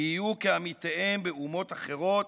יהיו כעמיתיהם באומות אחרות,